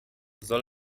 soll